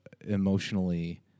emotionally